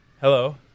Hello